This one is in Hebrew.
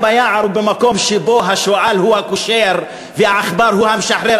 במקום שבו השועל הוא הקושר והעכבר הוא המשחרר,